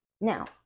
Now